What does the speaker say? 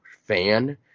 fan